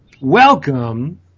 Welcome